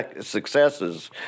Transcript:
successes